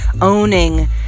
owning